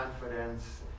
confidence